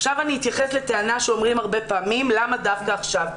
עכשיו אני אתייחס לטענה שעולה הרבה פעמים למה דווקא עכשיו.